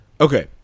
Okay